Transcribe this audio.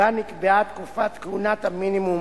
שבו נקבעה תקופת כהונת המינימום